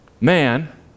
man